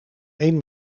één